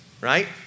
right